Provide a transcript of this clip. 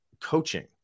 coaching